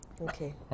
okay